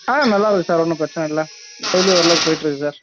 ஆ நல்லா இருக்குது சார் ஒன்றும் பிரச்சனை இல்லை டெய்லி ஓரளவுக்கு போய்கிட்ருக்கு சார்